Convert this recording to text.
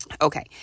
Okay